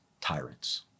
tyrants